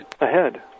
ahead